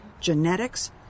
Genetics